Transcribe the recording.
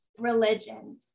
religion